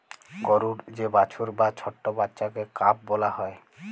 গরুর যে বাছুর বা ছট্ট বাচ্চাকে কাফ ব্যলা হ্যয়